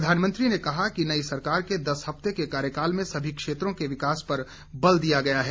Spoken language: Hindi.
प्रधानमंत्री ने कहा कि नई सरकार के दस हफ्ते के कार्यकाल में सभी क्षेत्रों के विकास पर बल दिया गया है